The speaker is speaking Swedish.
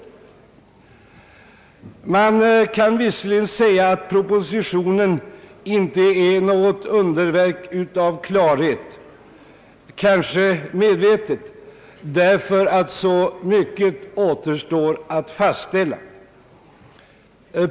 Man kan visserligen säga att propositionen inte är något under av klarhet — kanske medvetet, därför att så mycket återstår att fastställa.